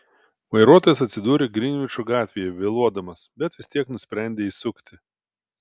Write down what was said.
vairuotojas atsidūrė grinvičo gatvėje vėluodamas bet vis tiek nusprendė įsukti